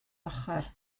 ochr